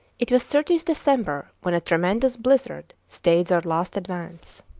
it was thirtieth december when a tremendous blizzard stayed their last advance.